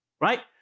Right